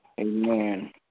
Amen